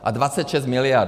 A 26 miliard?